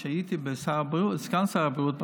כשהייתי סגן שר הבריאות,